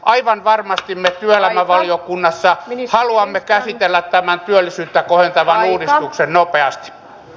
aivan varmasti me työelämävaliokunnassa haluamme käsitellä tämän työllisyyttä kohentavan uudistuksen nopeasti